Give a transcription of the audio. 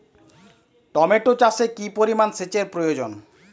Tomato চাষে কি পরিমান সেচের প্রয়োজন?